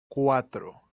cuatro